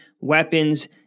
weapons